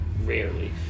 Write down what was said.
Rarely